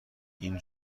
این